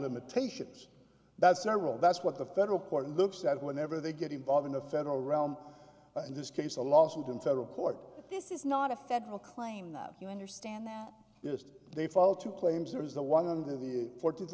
limitations that's several that's what the federal court looks at whenever they get involved in a federal realm in this case a lawsuit in federal court this is not a federal claim that you understand that just they fall to claims or is the one under the fourteenth